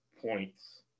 points